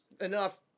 enough